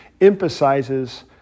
emphasizes